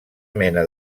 mena